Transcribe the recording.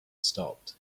stopped